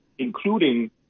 including